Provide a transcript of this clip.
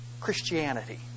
Christianity